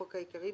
החוק העיקרי),